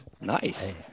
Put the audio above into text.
nice